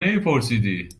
نمیپرسیدی